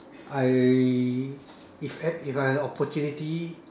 I if I if had if I had the opportunity